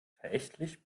verächtlich